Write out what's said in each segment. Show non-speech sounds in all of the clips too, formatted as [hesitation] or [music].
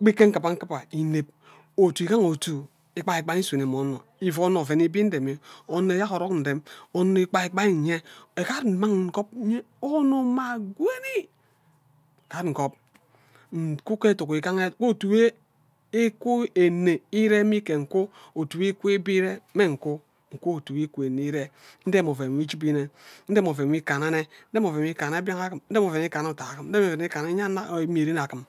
Gba ke nkiba nkiba ineb otu igaha atu igbai igbai nsuno mme onno oven ibi ndemi onno eyak orok ndem onno igbai igbai nye egard mmang nyen nkub onno mma gwoni egard nkub nku ghe eduk egaha ghe otu nwe iku enen irem mimn ghe nke nku otu wo iku ibi re mme nku otu wo ibi iremme nku nku otu iku eme ire ndem oven nwo ijibi nne ndemi oven nwo ikana nne ndem oven nwo ikana mbian agim ndem oven nwo ikana oda agim ndem oven nwo [hesitation] imie ren agim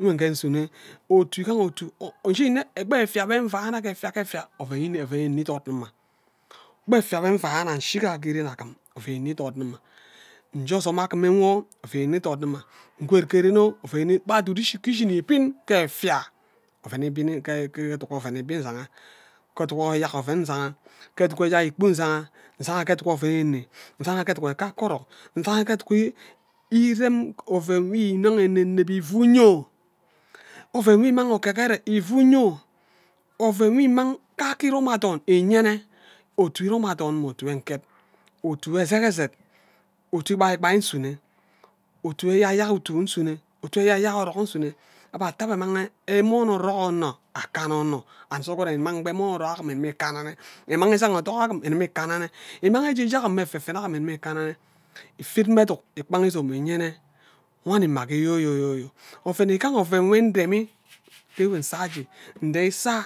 nwe nghe nsune otu igaha otu [hesitation] nshin nne gbe efia nghe nvana ghe efia ghe effia oven ineb oven ene idot nima gbe efia we nvana nshiga ghe ren agim ewe enne idot nima nje ozom agim mme enwo oven enne idet nima nkwod nghe ren oven enne gba duduk ishin ibin ke efia oven ibi nne [hesitation] eduk oven ibi nzaga ke eduk eyak oven nzanga ke eduk eyak ikpo nzanga nzanga ke eduk oven enne nzanga ke eduk kake orok nzanga ghe eduk iran oven nwo iman eneneb ivu nyo oven nwo imang okigbere ivu nyo oven nwo iman kake irom athon inyene otu irom athon mme otu nwo nked otu ezek ezek otu igbai igbai nsunz otu eyeyak utu nsunne otu eyeyak orok nsunne abhe atah abhe amang emon orok onno akana onno sughuren imang gban emon orok agim igimi kanna nne imang izanga odak agim igimi ikana mme imang ejeje agim mme efefene agim gimi ikana ufed mme eduk ikpanga izom inyen wani mma ghe yoyoyo oven igaha oven nwo ndem enwe nsaje nde isa.